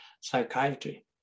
psychiatry